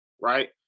right